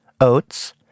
oats